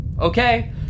Okay